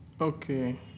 okay